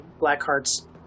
Blackheart's